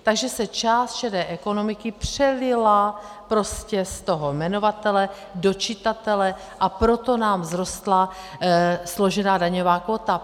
Takže se část šedé ekonomiky přelila prostě z toho jmenovatele do čitatele, a proto nám vzrostla složená daňová kvóta.